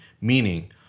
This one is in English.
meaning